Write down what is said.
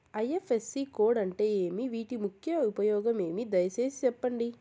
IFSC code అంటే ఏమి? వీటి ముఖ్య ఉపయోగం ఏమి? దయసేసి సెప్పండి?